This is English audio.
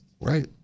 right